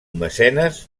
mecenes